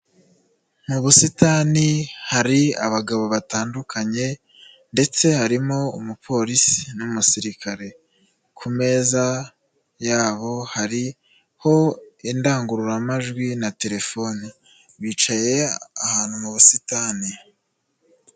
Mu busitani, hari abagabo batandukanye ndetse harimo umupolisi n'umusirikare. Ku meza yabo hariho indangururamajwi na telefoni. Bicaye ahantu mu busitani.